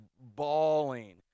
bawling